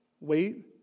wait